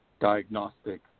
diagnostic